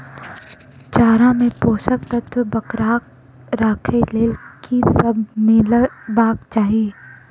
चारा मे पोसक तत्व बरकरार राखै लेल की सब मिलेबाक चाहि?